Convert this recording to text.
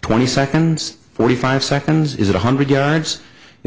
twenty seconds forty five seconds is a hundred yards you